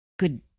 good